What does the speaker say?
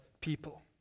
people